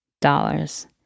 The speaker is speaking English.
dollars